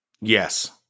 Yes